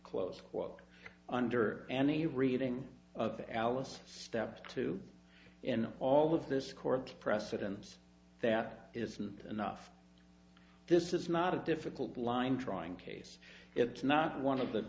close quote under and the reading of alice steps to in all of this court precedents that isn't enough this is not a difficult line drawing case it's not one of the